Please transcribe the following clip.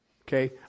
Okay